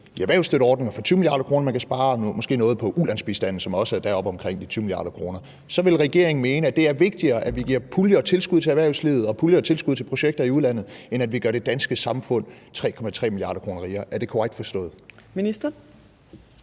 erhvervsstøtteordningen for 20 mia. kr., man kan spare, og måske noget i ulandsbistanden, som også er deroppe omkring de 20 mia. kr., vil regeringen så mene, at det er vigtigere, at vi giver puljer og tilskud til erhvervslivet og puljer og tilskud til projekter i udlandet, end at vi gør det danske samfund 3,3 mia. kr. rigere? Er det korrekt forstået? Kl.